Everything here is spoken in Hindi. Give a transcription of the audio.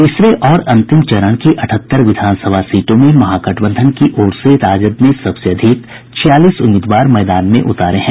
तीसरे और अंतिम चरण की अठहत्तर विधानसभा सीटों में महागठबंधन की ओर राजद ने सबसे अधिक छियालीस उम्मीदवार मैदान में उतारे हैं